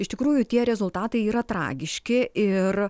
iš tikrųjų tie rezultatai yra tragiški ir